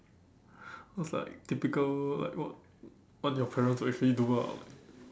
cause like typical like what what your parents will actually do ah like